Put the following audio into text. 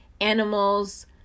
animals